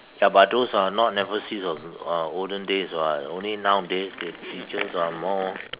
ya but those uh not never see of uh olden days [what] only now then the teachers are more